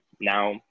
now